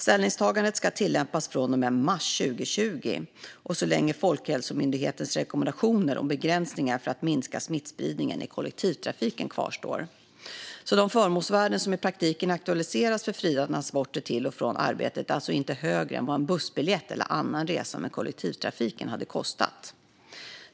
Ställningstagandet ska tillämpas från och med mars 2020 och så länge Folkhälsomyndighetens rekommendationer om begränsningar för att minska smittspridningen i kollektivtrafiken kvarstår. De förmånsvärden som i praktiken aktualiseras för fria transporter till och från arbetet är alltså inte högre än vad en bussbiljett eller annan resa med kollektivtrafiken hade kostat.